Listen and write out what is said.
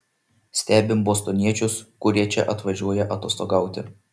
stebim bostoniečius kurie čia atvažiuoja atostogauti